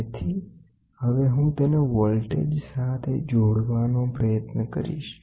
તેથી હવે હું તેને વોલ્ટેજ સાથે જોડવાનો પ્રયત્ન કરીશ